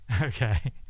Okay